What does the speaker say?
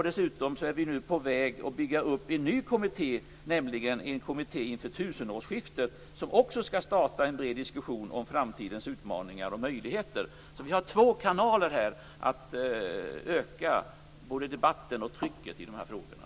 Dessutom är vi nu på väg att bygga upp en ny kommitté, nämligen en kommitté inför tusenårsskiftet, som också skall starta en bred diskussion om framtidens utmaningar och möjligheter. Vi har alltså två kanaler för att öka både debatten och trycket i de här frågorna.